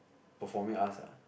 performing arts ah